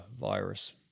virus